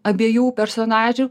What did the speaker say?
abiejų personažų